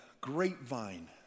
grapevine